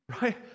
right